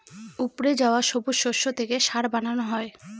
উপড়ে যাওয়া সবুজ শস্য থেকে সার বানানো হয়